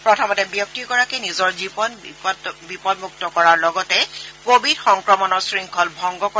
প্ৰথমতে ব্যক্তি গৰাকীয়ে নিজৰ জীৱন বিপদমুক্ত কৰাৰ লগতে কোৱিড সংক্ৰমণৰ শৃংখল ভংগ কৰে